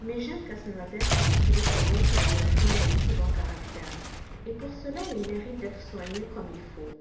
mais j'aime casse-noisette parce qu'il est comique et en même temps d'un si bon caractère et pour cela il mérite d'être soigné comme il faut